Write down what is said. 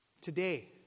Today